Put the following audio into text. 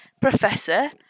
Professor